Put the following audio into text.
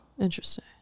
Interesting